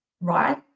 right